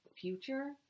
future